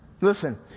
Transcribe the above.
Listen